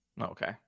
Okay